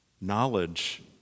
Knowledge